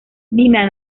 nina